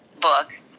book